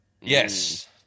Yes